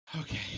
okay